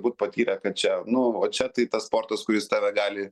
būt patyrę kad čia nu va čia tai tas sportas kuris tave gali